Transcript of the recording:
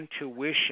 intuition